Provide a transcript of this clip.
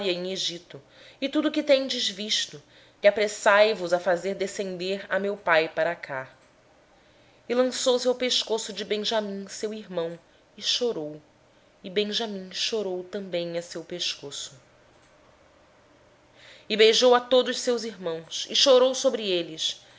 no egito e tudo o que tendes visto e apressar vos eis a fazer descer meu pai para cá então se lançou ao pescoço de benjamim seu irmão e chorou e benjamim chorou também ao pescoço dele e josé beijou a todos os seus irmãos chorando sobre eles